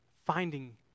finding